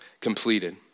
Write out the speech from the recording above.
completed